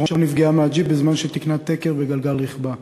שרון נפגעה מהג'יפ בזמן שתיקנה תקר בגלגל רכבה.